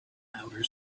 outer